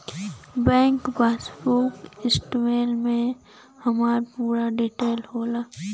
bank passbook statement में हमार पूरा डिटेल होला